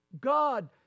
God